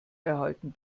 erhalten